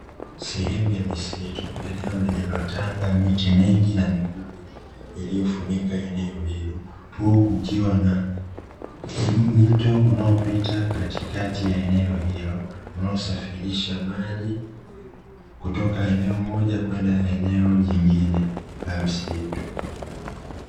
Sehemu ya misitu eneo lililopangwa miti mingi, na mirefu iliyofunika sehemu hiyo huku kukiwa na mto unaopita katikati ya eneo hilo, unaosafirisha maji kutoka eneo moja kwenda eneo lingine la msitu.